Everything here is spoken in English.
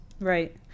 Right